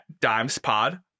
DimesPod